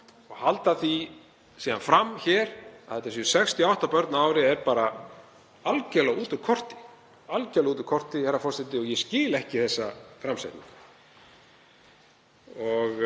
Að halda því síðan fram hér að þetta séu 68 börn á ári er bara algjörlega út úr korti, herra forseti, og ég skil ekki þessa framsetningu.